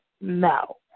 no